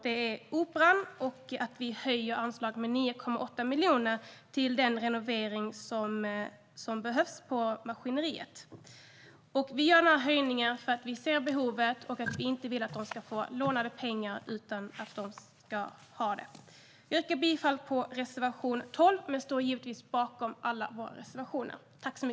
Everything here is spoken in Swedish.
Vi höjer Operans anslag med 9,8 miljoner till den renovering som maskineriet behöver. Vi gör denna höjning för att behovet finns och för att vi inte vill att de ska låna pengar. Jag står givetvis bakom alla våra reservationer men yrkar bifall till reservation 12.